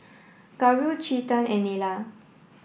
Gauri Chetan and Neila